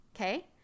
Okay